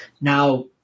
Now